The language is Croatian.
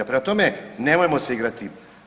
Prema tome, nemojmo se igrati.